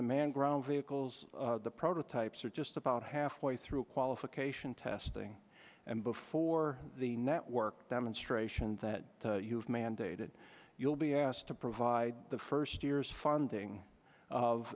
the man ground vehicles the prototypes are just about halfway through qualification testing and before the network demonstration that you've mandated you'll be asked to provide the first year's funding of